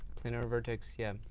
you know vertex yeah.